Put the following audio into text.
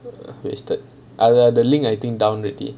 wasted ah ya the link I think down already